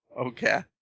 Okay